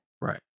Right